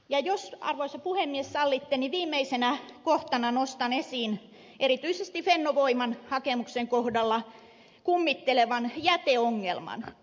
jos arvoisa puhemies sallitte viimeisenä kohtana nostan esiin erityisesti fennovoiman hakemuksen kohdalla kummittelevan jäteongelman